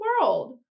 world